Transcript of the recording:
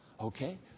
Okay